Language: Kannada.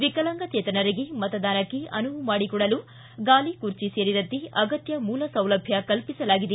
ವಿಕಲಾಂಗಚೇತನರಿಗೆ ಮತದಾನಕ್ಕೆ ಅನುವು ಮಾಡಿಕೊಡಲು ಗಾಲಿ ಕುರ್ಚಿ ಸೇರಿದಂತೆ ಅಗತ್ಯ ಮೂಲ ಸೌಲಭ್ಯ ಕಲ್ಪಿಸಲಾಗಿದೆ